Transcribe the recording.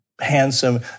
handsome